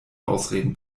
ausreden